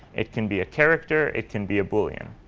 it can be a character. it can be a boolean.